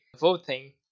voting